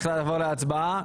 צריך לעבור להצבעה.